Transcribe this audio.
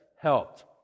helped